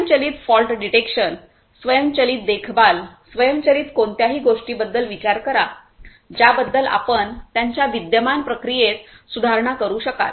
स्वयंचलित fault detection स्वयंचलित देखभाल स्वयंचलित कोणत्याही गोष्टीबद्दल विचार करा ज्याबद्दल आपण त्यांच्या विद्यमान प्रक्रियेत सुधारणा करू शकाल